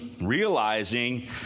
Realizing